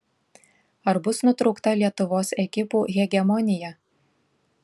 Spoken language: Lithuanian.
ar bus nutraukta lietuvos ekipų hegemonija